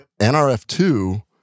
NRF2